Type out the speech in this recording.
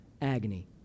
agony